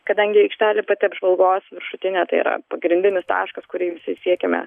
kadangi aikštelė pati apžvalgos viršutinė tai yra pagrindinis taškas kurį visi siekiame